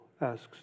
asks